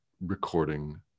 recording